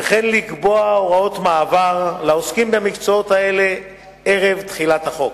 וכן לקבוע הוראות מעבר לעוסקים במקצועות האלה ערב תחילת החוק.